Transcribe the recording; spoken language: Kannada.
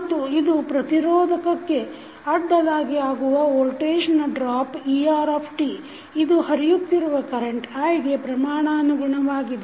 ಮತ್ತು ಇದು ಪ್ರತಿರೋಧಕಕ್ಕೆ ಅಡ್ಡಲಾಗಿ ಆಗುವ ಈ ವೋಲ್ಟೇಜ್ ಡ್ರಾಪ್ eRt ಇದು ಹರಿಯುತ್ತಿರುವ ಕರೆಂಟ್ i ಗೆ ಪ್ರಮಾಣಾನುಗುಣವಾಗಿದೆ